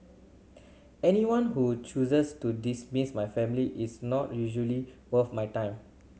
anyone who chooses to dismiss my family is not usually worth my time